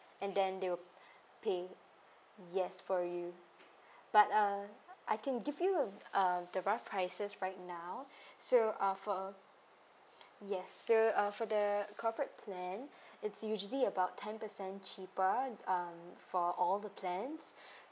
and then they'll pay yes for you but uh I can give you um the rough prices right now so uh for uh yes so uh for the corporate plan it's usually about ten percent cheaper um for all the plans